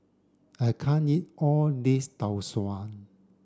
I can't eat all of this Tau Suan